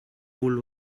old